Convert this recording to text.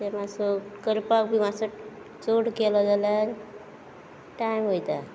तें मातसो करपाक बीन मातसो चड केलो जाल्यार टायम वयता